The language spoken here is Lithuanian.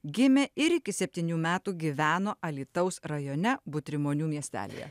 gimė ir iki septynių metų gyveno alytaus rajone butrimonių miestelyje